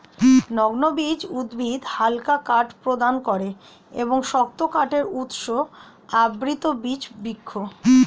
নগ্নবীজ উদ্ভিদ হালকা কাঠ প্রদান করে এবং শক্ত কাঠের উৎস আবৃতবীজ বৃক্ষ